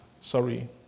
sorry